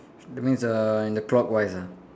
that means uh in the clockwise ah